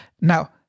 Now